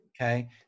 okay